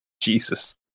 Jesus